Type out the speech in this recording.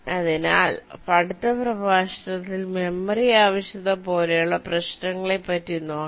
അതിനാൽ അടുത്ത പ്രഭാഷണത്തിൽ മെമ്മറി ആവശ്യകത പോലെയുള്ള പ്രശ്നങ്ങളെ പറ്റി നോക്കാം